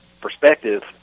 perspective